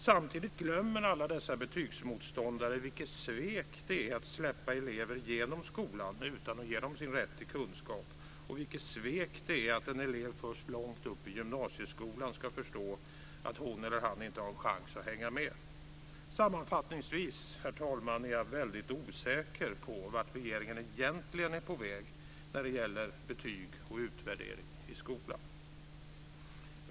Samtidigt glömmer alla dessa betygsmotståndare vilket svek det är att släppa elever genom skolan utan att ge dem deras rätt till kunskap och vilket svek det är att en elev först långt upp i gymnasieskolan ska förstå att hon eller han inte har en chans att hänga med. Sammanfattningsvis, herr talman, är jag väldigt osäker på vart regeringen egentligen är på väg när det gäller betyg och utvärdering i skolan.